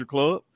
Club